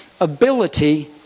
ability